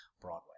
Broadway